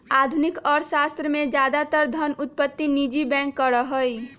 आधुनिक अर्थशास्त्र में ज्यादातर धन उत्पत्ति निजी बैंक करा हई